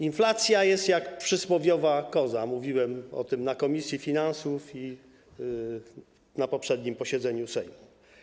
Inflacja jest jak przysłowiowa koza, mówiłem o tym w komisji finansów i na poprzednim posiedzeniu Sejmu.